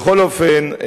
בכל אופן,